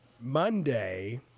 Monday